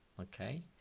Okay